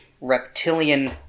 reptilian